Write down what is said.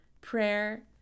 prayer